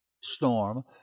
...storm